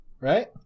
right